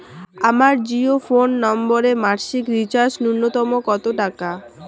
আমার জিও ফোন নম্বরে মাসিক রিচার্জ নূন্যতম কত টাকা?